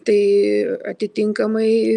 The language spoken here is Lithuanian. tai atitinkamai